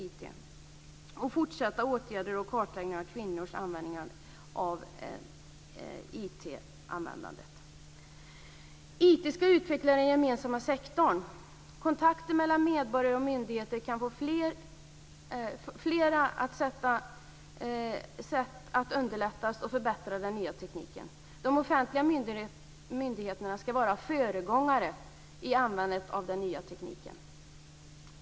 Vi har också fortsatta åtgärder och fortsatt kartläggning i fråga om kvinnors IT-användning. IT ska utveckla den gemensamma sektorn. Kontakter mellan medborgare och myndigheter kan på flera sätt underlättas och förbättras med den nya tekniken. De offentliga myndigheterna ska vara föregångare i användandet av den nya tekniken.